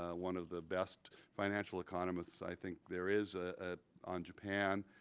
ah one of the best financial economists i think there is ah ah on japan.